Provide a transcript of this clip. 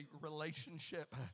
relationship